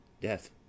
death